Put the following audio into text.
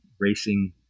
racing